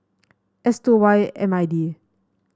S two Y M I D